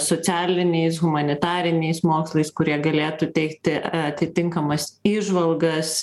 socialiniais humanitariniais mokslais kurie galėtų teikti atitinkamas įžvalgas